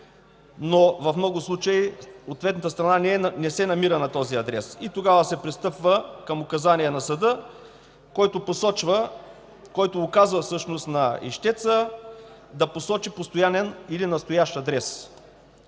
но в много случаи ответната страна не се намира на този адрес. Тогава се пристъпва към указание на съда, който указва всъщност на ищеца да посочи постоянен или настоящ адрес.